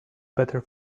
better